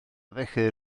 felly